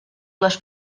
les